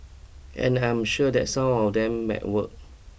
and I am sure that some of them might work